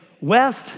West